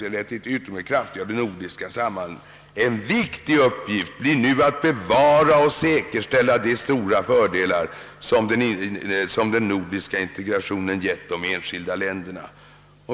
Det heter nämligen i deklarationen: »En viktig uppgift blir nu att bevara och säkerställa de stora fördelar som den nordiska integrationen gett de enskilda länderna.